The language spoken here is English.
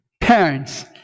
parents